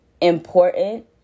important